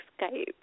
Skype